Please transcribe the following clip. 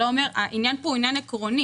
אבל העניין פה הוא עניין עקרוני.